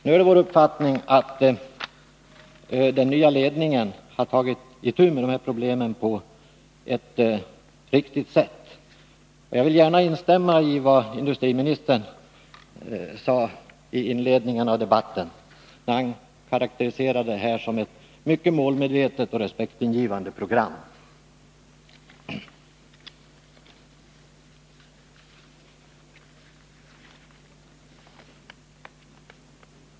Det är vår uppfattning att den nya ledningen har tagit itu med dessa problem på ett riktigt sätt. Och jag vill gärna instämma i vad industriministern sade i inledningen av debatten, när han karakteriserade LKAB:s program som ett mycket målmedvetet och respektingivande program.